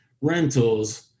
rentals